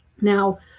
Now